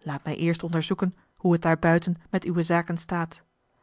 laat mij eerst onderzoeken hoe het daar buiten met uwe zaken staat